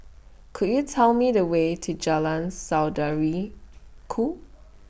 Could YOU Tell Me The Way to Jalan Saudara Ku